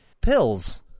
Pills